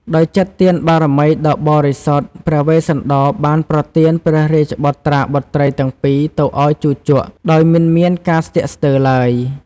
ដោយចិត្តទានបារមីដ៏បរិសុទ្ធ ព្រះវេស្សន្តរបានប្រទានព្រះរាជបុត្រាបុត្រីទាំងពីរទៅឱ្យជូជក ដោយមិនមានការស្ទាក់ស្ទើរឡើយ។